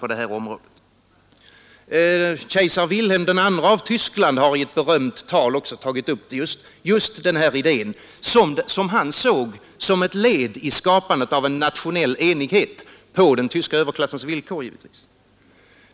Nr 142 Kejsar Wilhelm II av Tyskland har i ett berömt tal också tagit upp den Torsdagen den här idén, som han såg som ett led i skapandet av en nationell enighet — 14 december 1972 på den tyska överklassens villkor, givetvis.